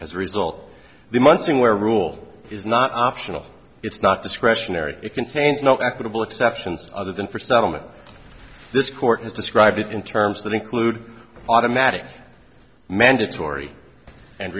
as a result the months where rule is not optional it's not discretionary it contains no equitable exceptions other than for settlement this court has described it in terms that include automatic mandatory and